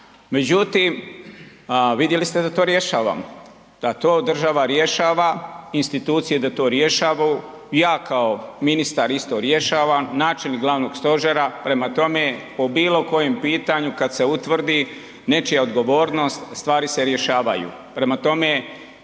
međutim, vidjeli ste da to rješavamo, da to država rješava, institucije da to rješavaju i ja kao ministar isto rješavam, načelnik glavnog stožera, prema tome o bilo kojem pitanju kada se utvrdi nečija odgovornost stvari se rješavaju.